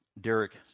Derek